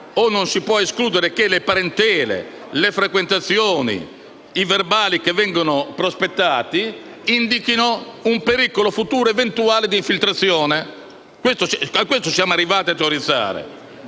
non si può escludere che le parentele, le frequentazioni e i verbali che vengono prospettati indichino un pericolo futuro ed eventuale di infiltrazione. Siamo arrivati ad autorizzare